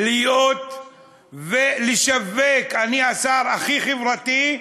להיות ולשווק "אני השר הכי חברתי",